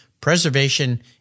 Preservation